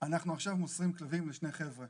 אנחנו עכשיו מוסרים כלבים לשני חבר'ה